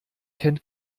kennt